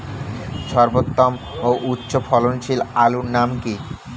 সর্বোত্তম ও উচ্চ ফলনশীল আলুর নাম কি?